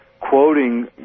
quoting